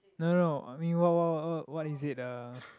no no I mean what what what what what is it uh